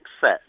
set